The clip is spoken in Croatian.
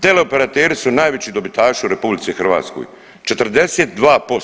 Teleoperateri su najveći dobitaši u RH 42%